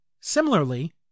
Similarly